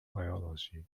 biology